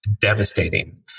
devastating